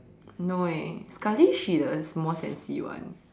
no eh sekali she the more sensi one